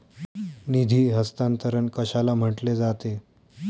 निधी हस्तांतरण कशाला म्हटले जाते?